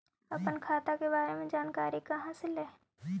अपन खाता के बारे मे जानकारी कहा से ल?